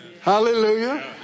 Hallelujah